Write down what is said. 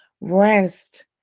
rest